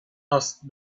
asked